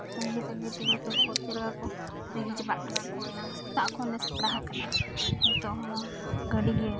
ᱦᱚᱲ ᱠᱚᱜᱮ ᱛᱟᱺᱜᱤᱼᱛᱟᱺᱜᱤ ᱛᱮ ᱦᱚᱲ ᱪᱮᱫᱞᱮᱠᱟ ᱠᱚ ᱨᱟᱹᱜᱤ ᱪᱟᱵᱟᱜ ᱠᱟᱱᱟ ᱠᱚ ᱮᱱᱟᱝ ᱥᱮᱛᱟᱜ ᱠᱷᱚᱱ ᱞᱮ ᱥᱟᱯᱲᱟᱣᱟᱠᱟᱱᱟ ᱱᱤᱛᱳᱜ ᱚᱱᱟ ᱜᱟᱹᱰᱤᱜᱮ